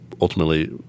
ultimately